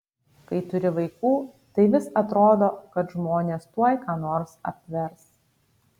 kai turi vaikų tai vis atrodo kad žmonės tuoj ką nors apvers